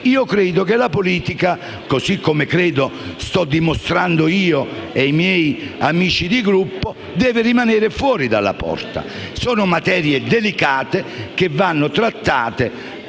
io credo che la politica - così come stiamo dimostrando io e i miei amici di Gruppo - deve rimanere fuori dalla porta. Sono materie delicate che vanno trattate